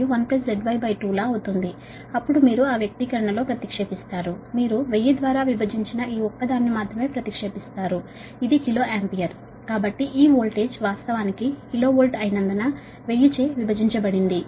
1ZY2 ఇలా అవుతుంది అప్పుడు మీరు ఆ విలువ లో ప్రతిక్షేపిస్తే మీరు 1000 ద్వారా విభజించిన ఈ ఒక్కదాన్ని మాత్రమే ప్రతిక్షేపిస్తారు ఇది కిలో ఆంపియర్ కాబట్టి ఈ వోల్టేజ్ వాస్తవానికి కిలో వోల్ట్ అయినందున 1000 చే విభజించబడింది